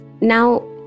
Now